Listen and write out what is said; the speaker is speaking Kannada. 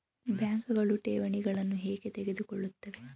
ಬ್ಯಾಂಕುಗಳು ಠೇವಣಿಗಳನ್ನು ಏಕೆ ತೆಗೆದುಕೊಳ್ಳುತ್ತವೆ?